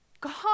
God